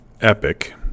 epic